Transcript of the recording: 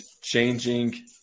changing